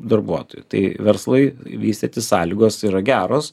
darbuotojų tai verslai vystytis sąlygos yra geros